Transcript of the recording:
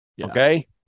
Okay